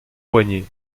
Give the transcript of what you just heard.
poignet